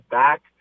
back